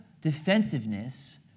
Defensiveness